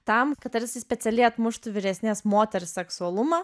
tam kad tarsi specialiai atmuštų vyresnės moters seksualumą